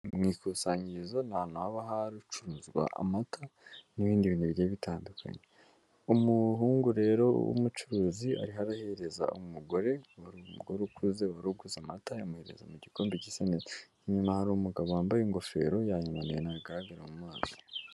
Mu ikusanyirizo ahantu haba haricuruzwa amata n'ibindi bintu bigiye bitandukanye, umuhungu rero w'umucuruzi ariho arohereza umugore, umugore ukuze wari uguze amata, amuhereza mu gikombe gisa neza, inyuma hari umugabo wambaye ingofero yayimanuye ntago agaragara mu maso.